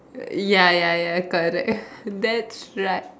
ya ya ya correct uh that's right